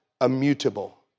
immutable